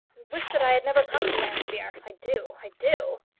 wish that i had never come to llanfeare. i do i do.